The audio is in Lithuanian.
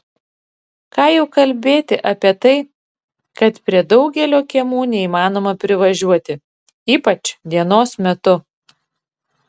ką jau kalbėti apie tai kad prie daugelio kiemų neįmanoma privažiuoti ypač dienos metu